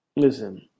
Listen